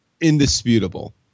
indisputable